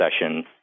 session